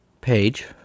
page